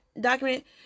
document